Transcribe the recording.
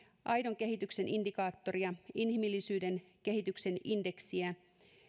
aidon kehityksen indikaattoria inhimillisen kehityksen indeksiä